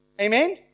Amen